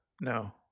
No